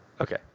okay